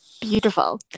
Beautiful